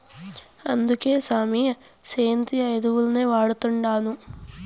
అందుకే సామీ, సేంద్రియ ఎరువుల్నే వాడతండాను